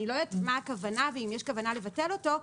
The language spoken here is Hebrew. אני לא יודעת מה הכוונה ואם יש כוונה לבטל אותו,